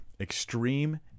extreme